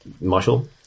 marshal